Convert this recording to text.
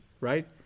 right